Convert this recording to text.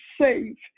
safe